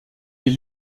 est